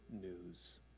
news